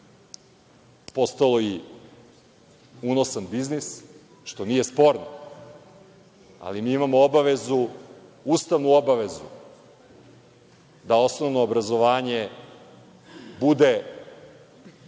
postalo i unosan biznis, što nije sporno, ali mi imamo obavezu ustavnu da osnovno obrazovanje bude